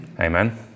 Amen